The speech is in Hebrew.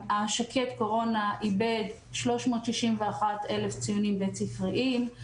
שקד קורונה איבד 391 אלף ציונים בית-ספריים.